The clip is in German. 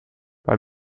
bei